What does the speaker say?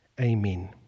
amen